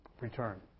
return